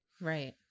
Right